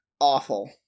awful